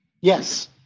Yes